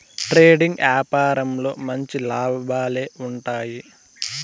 trading యాపారంలో మంచి లాభాలే ఉంటాయి